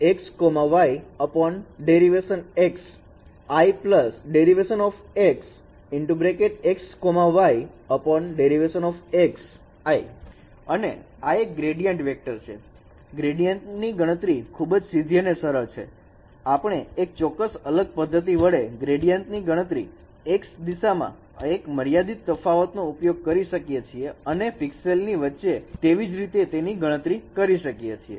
Δfx y∂fx y∂x î∂fx y∂x ĵ અને આ એક ગ્રેડીએન્ટ વેક્ટર છે ગ્રેડીએન્ટ ની ગણતરી ખૂબ જ સીધી અને સરળ છે આપણે એક ચોક્કસ અલગ પદ્ધતિ વડે ગ્રેડીએન્ટ ની ગણતરી x દીસામાં એક મર્યાદીત તફાવત નો ઉપયોગ કરી શકીએ છીએ અને પિક્સેલ ની વચ્ચે જ રીતે કરી શકીએ છીએ